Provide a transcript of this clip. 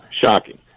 Shocking